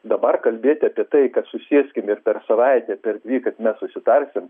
dabar kalbėti apie tai kad susėskim ir per savaitę per dvi kad mes susitarsim